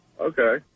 Okay